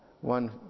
one